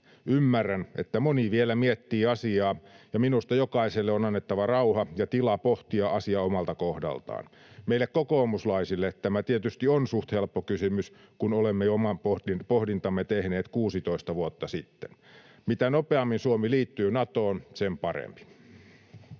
Ymmärrän, että moni vielä miettii asiaa, ja minusta jokaiselle on annettava rauha ja tila pohtia asiaa omalta kohdaltaan. Meille kokoomuslaisille tämä tietysti on suht helppo kysymys, kun olemme jo oman pohdintamme tehneet 16 vuotta sitten. Mitä nopeammin Suomi liittyy Natoon, sen parempi.